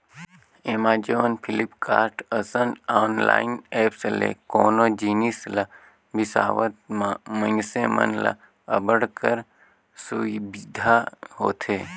Amazon, Flipkart, असन online apps ले कोनो जिनिस ल बिसावत म मइनसे मन ल अब्बड़ कर सुबिधा होथे